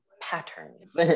patterns